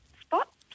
spot